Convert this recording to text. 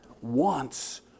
wants